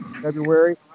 February